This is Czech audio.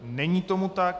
Není tomu tak.